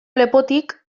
lepotik